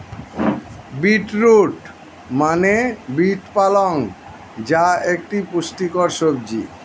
beet root মানে beet পালং যা একটি পুষ্টিকর সবজি